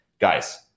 Guys